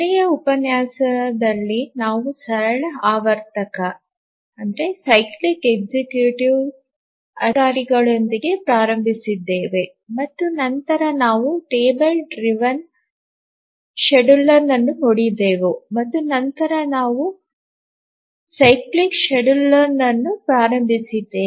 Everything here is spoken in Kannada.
ಕೊನೆಯ ಉಪನ್ಯಾಸದಲ್ಲಿ ನಾವು ಸರಳ ಆವರ್ತಕ ಅಧಿಕಾರಿಗಳೊಂದಿಗೆ ಪ್ರಾರಂಭಿಸಿದ್ದೇವೆ ಮತ್ತು ನಂತರ ನಾವು ಟೇಬಲ್ ಚಾಲಿತ ವೇಳಾಪಟ್ಟಿಯನ್ನು ನೋಡಿದೆವು ಮತ್ತು ನಂತರ ನಾವು ಆವರ್ತಕ ವೇಳಾಪಟ್ಟಿಯನ್ನು ಪ್ರಾರಂಭಿಸಿದ್ದೇವೆ